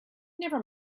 never